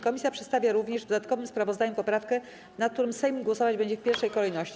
Komisja przedstawia również w dodatkowym sprawozdaniu poprawkę, nad którą Sejm głosować będzie w pierwszej kolejności.